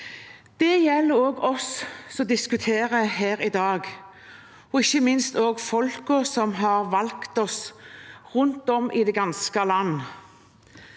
Det gjelder også oss som diskuterer her i dag, og det gjelder ikke minst folkene som har valgt oss rundt om i det ganske land.